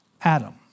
Adam